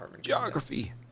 Geography